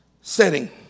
setting